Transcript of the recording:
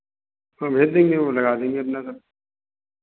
हाँ भेज देंगे वो लगा देंगे अपना सब